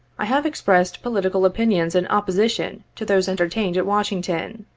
i have expressed political opinions in opposition to those entertained at washington,